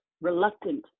reluctant